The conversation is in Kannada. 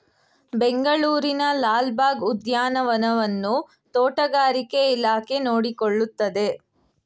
ಬೆಂಗಳೂರಿನ ಲಾಲ್ ಬಾಗ್ ಉದ್ಯಾನವನವನ್ನು ತೋಟಗಾರಿಕೆ ಇಲಾಖೆ ನೋಡಿಕೊಳ್ಳುತ್ತದೆ